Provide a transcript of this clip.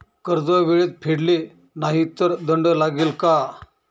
कर्ज वेळेत फेडले नाही तर दंड लागेल का?